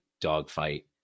dogfight